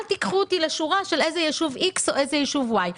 אל תיקחו אותי לשורה של איזה ישוב איקס או איזה ישוב ואי.